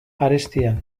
arestian